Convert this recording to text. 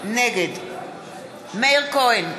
נגד מאיר כהן,